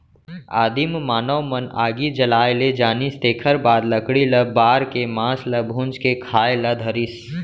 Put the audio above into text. आदिम मानव मन आगी जलाए ले जानिस तेखर बाद लकड़ी ल बार के मांस ल भूंज के खाए ल धरिस